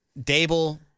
Dable